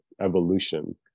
evolution